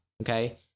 Okay